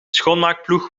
schoonmaakploeg